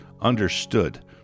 understood